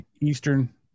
Eastern